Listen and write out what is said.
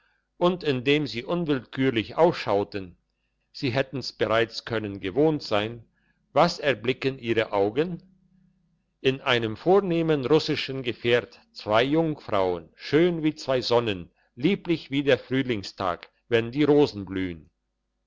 und indem sie unwillkürlich aufschauen sie hätten's bereits können gewohnt sein was erblicken ihre augen in einem vornehmen russischen gefährt zwei jungfrauen schön wie zwei sonnen lieblich wie der frühlingstag wenn die rosen blühen